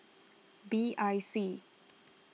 B I C